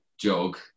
jog